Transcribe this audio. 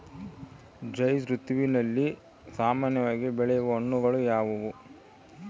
ಝೈಧ್ ಋತುವಿನಲ್ಲಿ ಸಾಮಾನ್ಯವಾಗಿ ಬೆಳೆಯುವ ಹಣ್ಣುಗಳು ಯಾವುವು?